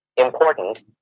Important